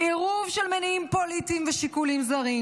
עירוב של מניעים פוליטיים ושיקולים זרים,